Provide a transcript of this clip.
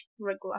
regular